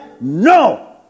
No